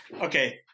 Okay